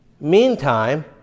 Meantime